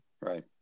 Right